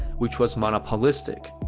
which was monopolistic.